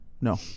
No